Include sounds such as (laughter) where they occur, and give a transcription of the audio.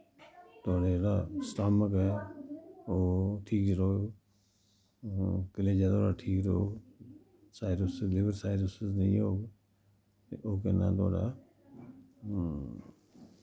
साढ़ा जेह्ड़ा सटॉमक ऐ ओह् ठीक रौह्ग कलेजा थोआड़ा ठीक रौह्ग (unintelligible) नेईं होग और कन्नै थोआड़ा